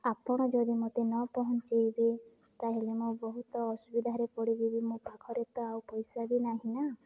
ଆପଣ ଯଦି ମୋତେ ନ ପହଁଞ୍ଚେଇବେ ତାହେଲେ ମୁଁ ବହୁତ ଅସୁବିଧାରେ ପଡ଼ିଯିବି ମୋ ପାଖରେ ତ ଆଉ ପଇସା ବି ନାହିଁ ନା